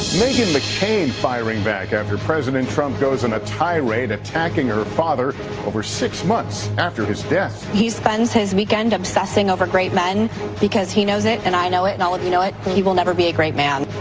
meghan mccain firing back after president trump goes and a high raid attacking her father over six months after his dead. he spends his weekend obsessing over great men because he knows it and i know it and all of you know it, he will never be a great man.